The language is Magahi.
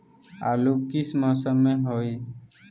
आलू किस मौसम में होई?